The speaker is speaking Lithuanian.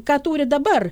ką turi dabar